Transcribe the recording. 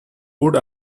wood